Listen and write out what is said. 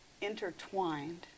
intertwined